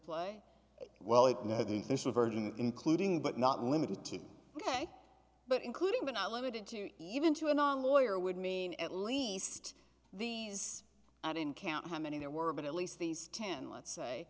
a virgin including but not limited to ok but including but not limited to even to a non lawyer would mean at least these i don't count how many there were but at least these ten let's say